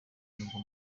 nubwo